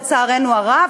לצערנו הרב,